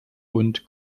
und